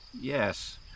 yes